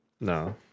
No